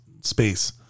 space